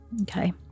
Okay